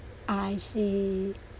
I see